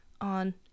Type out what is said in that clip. on